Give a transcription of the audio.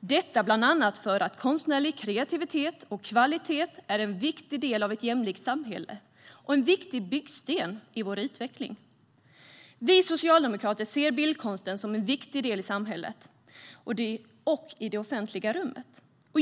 detta bland annat för att konstnärlig kreativitet och kvalitet är en viktig del av ett jämlikt samhälle och en viktig byggsten i vår utveckling. Vi socialdemokrater ser bildkonsten som en viktig del i samhället och i det offentliga rummet.